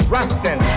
Rustin